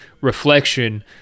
reflection